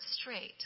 straight